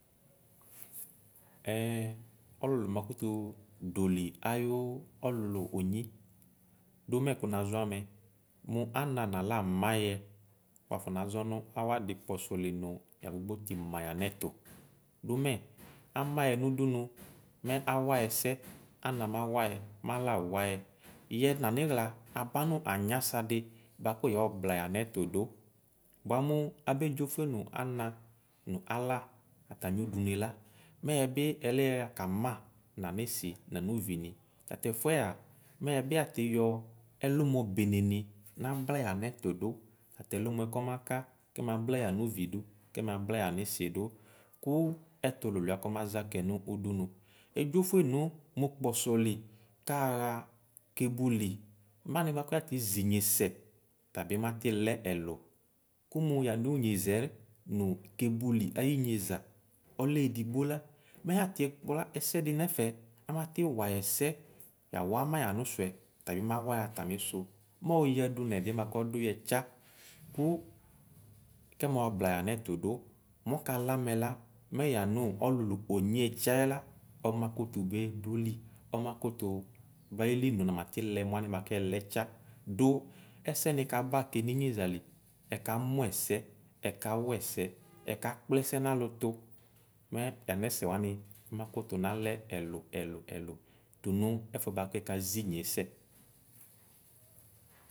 Ɛɛ ɔlʋlʋ makʋtʋ doll ayi ɔlʋlʋ onyi dʋmɛ kʋ mazɔ amɛ mʋ ana nala amayɛ wafɔ nazɔ wʋ awʋadi ikpɔsɔle nʋ ya gbʋgbɔ tsima yanɛtʋ dʋmɛ amayɛ nʋdʋnʋ mɛ awayɛ ɛsɛ ana mawayɛ mala awayɛ yɛ naniσla aba nʋ anyasadi bʋakʋ yɔbla yanɛtu dʋ bʋa mʋ abe dzofue nʋ ana nʋ ala atami odʋnʋe la mɛ yɛbi alakama nʋ yanisi nʋ yanʋ ʋvo ni tatɛfʋa mɛgɛ bi yatryɔ ɛlomɔ nʋ yanisi nʋ yanɛtʋ dʋ tatɛlʋmɔ kɔmaka kamabla yanovr dʋ kɛmabla yanisi dʋ kʋ ɛtʋ lolwa kɛmaza kɛ nʋ ʋdʋnʋ edzofue nʋ mʋ kpɔsɔli kaxa kebʋli manɛ bʋakʋ yatsi zinyesɛ tabi matsi lɛ ɛlo kʋmʋ yanʋ nyezɛ nʋ kebʋli ayi nyeza ɔlɛ edigbo la mɛ yatʋ kpla ɛsɛdi nɛfɛ amati wayɛ ɛsɛ yawama yanʋsʋɛ tabi mawa yɛ atamisu mɔyado nɛdiɛ buakʋ ɔdʋyɛ tsa kʋ kɛmɔbla yanɛtʋ dʋ mɔkalɛ amɛ la mɛ yanʋ ɔlulʋ onye tsayɛ la ɔmakʋtʋ be doli ɔmakʋtʋ bayili nʋ namatsi lɛ mɛ alɛ mɛ kɛlɛ tsa dʋ ɛsɛni kaba kɛ ninyezale ɛkamʋ ɛsɛ ɛkawa ɛsɛ ɛkakplɛ ɛsɛ nalʋfʋ mɛ yanɛsɛ wani makʋtʋ nalɛ ɛlʋ ɛlʋ tʋnʋ ɛfʋɛ kɛ kaza inye sɛ.